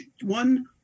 one